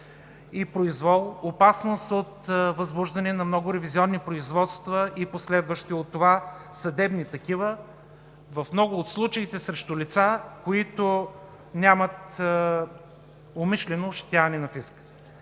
и произвол, опасност от възбуждане на много ревизионни производства и последващи от това съдебни такива, в много от случаите срещу лица, които нямат умишлено ощетяване на фиска.